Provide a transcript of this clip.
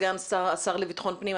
סגן השר לבטחון פנים,